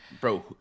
bro